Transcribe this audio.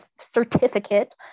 certificate